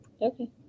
okay